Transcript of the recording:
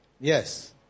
Yes